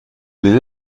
les